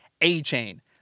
A-Chain